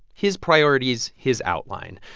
his priorities, his outline.